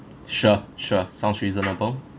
sure sure sounds reasonable